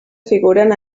figuren